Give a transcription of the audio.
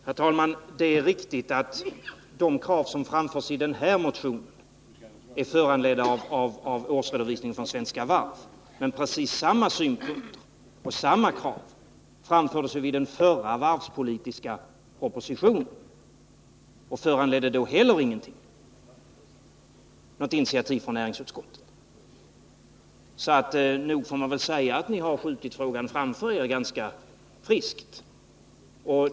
Herr talman! Det är riktigt att de krav som framförs i den här motionen är föranledda av årsredovisningen från Svenska Varv. Men precis samma synpunkter och samma krav framfördes med anledning av den förra varvspolitiska propositionen och föranledde inte heller då något initiativ från näringsutskottet, så nog får man väl säga att ni skjutit frågan framför er ganska friskt.